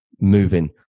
moving